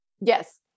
Yes